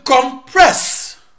compress